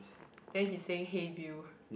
then he saying hey Bill